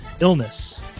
Illness